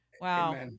Wow